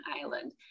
island